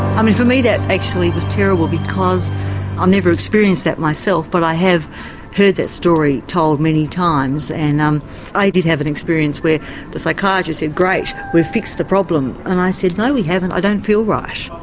i mean for me that actually was terrible because i've um never experienced that myself, but i have heard that story told many times, and um i did have an experience where the psychiatrist said great, we've fixed the problem. and i said no we haven't, i don't feel right.